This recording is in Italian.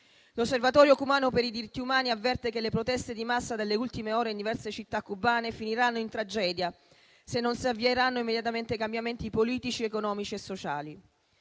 L'Osservatorio cubano per i diritti umani avverte che le proteste di massa delle ultime ore in diverse città cubane finiranno in tragedia, se non si avvieranno immediatamente i cambiamenti politici, economici e sociali.